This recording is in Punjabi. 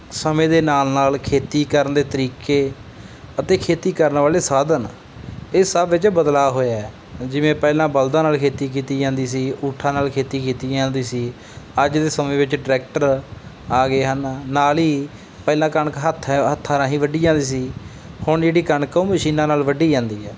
ਸਮੇਂ ਦੇ ਨਾਲ ਨਾਲ ਖੇਤੀ ਕਰਨ ਦੇ ਤਰੀਕੇ ਅਤੇ ਖੇਤੀ ਕਰਨ ਵਾਲੇ ਸਾਧਨ ਇਹ ਸਭ ਵਿੱਚ ਬਦਲਾ ਹੋਇਆ ਜਿਵੇਂ ਪਹਿਲਾਂ ਬਲਦਾਂ ਨਾਲ ਖੇਤੀ ਕੀਤੀ ਜਾਂਦੀ ਸੀ ਊਠਾਂ ਨਾਲ ਖੇਤੀ ਕੀਤੀ ਜਾਂਦੀ ਸੀ ਅੱਜ ਦੇ ਸਮੇਂ ਵਿੱਚ ਟਰੈਕਟਰ ਆ ਗਏ ਹਨ ਨਾਲ ਹੀ ਪਹਿਲਾਂ ਕਣਕ ਹੱਥ ਹੱਥਾਂ ਰਾਹੀਂ ਵੱਢੀ ਜਾਂਦੀ ਸੀ ਹੁਣ ਜਿਹੜੀ ਕਣਕ ਉਹ ਮਸ਼ੀਨਾਂ ਨਾਲ ਵੱਢੀ ਜਾਂਦੀ ਹੈ